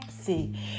See